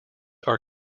are